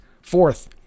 Fourth